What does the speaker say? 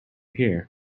here